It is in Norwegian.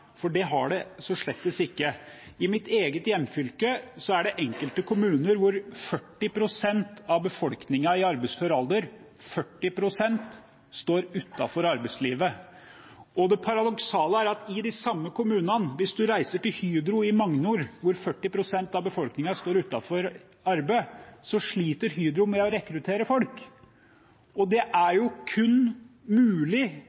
for det har det slett ikke. I mitt eget hjemfylke står i enkelte kommuner 40 pst. av befolkningen i arbeidsfør alder utenfor arbeidslivet. Og det paradoksale er at i de samme kommunene – hvis man reiser til Hydro i Magnor, hvor 40 pst. av befolkningen står utenfor arbeid – sliter man med å rekruttere folk. Det er jo kun mulig